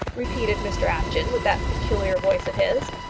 repeated mr apjohn with that peculiar voice of his.